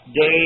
day